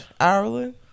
Ireland